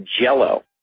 Jello